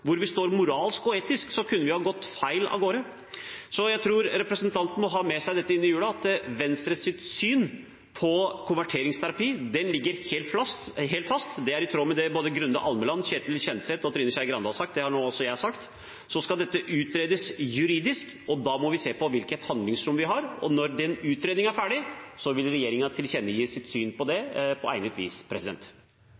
hvor vi står moralsk og etisk, kunne vi ha gått feil av gårde. Så jeg tror representanten må ha med seg dette inn i julen, at Venstres syn på konverteringsterapi ligger helt fast, det er i tråd med det både Grunde Almeland, Ketil Kjenseth og Trine Skei Grande har sagt. Det har nå også jeg sagt. Så skal dette utredes juridisk, og da må vi se på hvilket handlingsrom vi har. Når den utredningen er ferdig, vil regjeringen tilkjennegi sitt syn på det